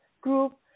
group